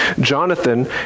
Jonathan